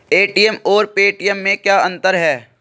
ATM और Paytm में क्या अंतर है?